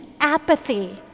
apathy